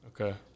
Okay